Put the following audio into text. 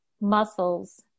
muscles